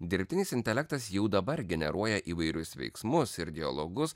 dirbtinis intelektas jau dabar generuoja įvairius veiksmus ir dialogus